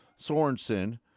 Sorensen